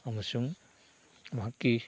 ꯑꯃꯁꯨꯡ ꯃꯍꯥꯛꯀꯤ